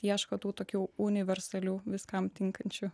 ieško tų tokių universalių viskam tinkančių